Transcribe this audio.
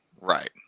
Right